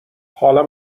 حالا